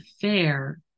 fair